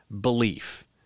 belief